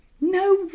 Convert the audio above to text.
No